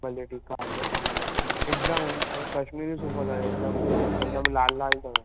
भले ठीकु आहे हले हिकदमि कश्मीरी सूफ़ु अथव हिकदमि सूफ़ बि लाल लाल अथव